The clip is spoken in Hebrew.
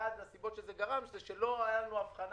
אחת הסיבות שזה זרם היא כי לא הייתה לנו אבחנה,